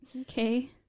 Okay